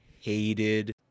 hated